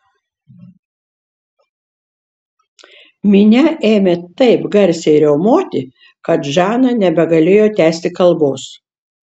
minia ėmė taip garsiai riaumoti kad žana nebegalėjo tęsti kalbos